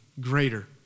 greater